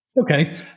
Okay